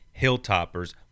hilltoppers